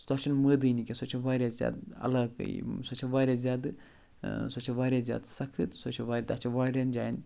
تَتھ چھِنہٕ مٲدٲنی کیٚنہہ تَتھ چھےٚ واریاہ زیادٕ علاقٲیی سۄ چھےٚ واریاہ زیادٕ سۄ چھےٚ واریاہ زیادٕ سخت سۄ چھےٚ وا تَتھ چھِ واریاہَن جایَن